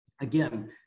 again